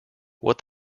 what